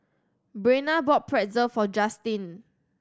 Brenna bought Pretzel for Justine